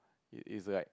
it is like